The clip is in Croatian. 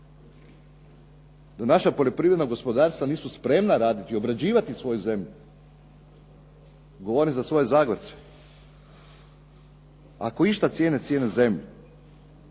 Da naša poljoprivredna gospodarstva nisu spremna raditi, obrađivati svoju zemlju? Govorim za svoje Zagorce. Ako išta cijene, cijene zemlju.